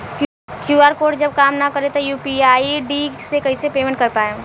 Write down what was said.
QR code जब काम ना करी त यू.पी.आई आई.डी से कइसे पेमेंट कर पाएम?